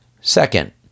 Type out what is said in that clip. Second